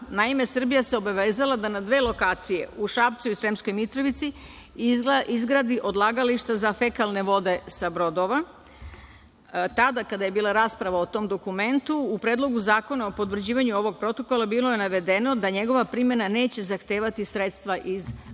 Naime, Srbija se obavezala da na dve lokacije u Šapcu i Sremskoj Mitrovici izgradi odlagalište za fekalne vode sa brodova. Tada kada je bila rasprava o tom dokumentu u Predlogu zakona o potvrđivanju ovog protokola bilo je navedeno da njegova primena neće zahtevati sredstva iz budžeta.